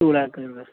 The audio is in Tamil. டூ லேக்கா